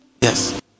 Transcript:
Yes